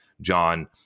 john